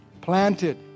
planted